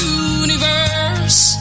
universe